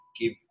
give